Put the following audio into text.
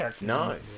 no